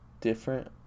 different